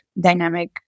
dynamic